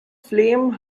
flame